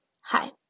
Hi